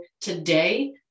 today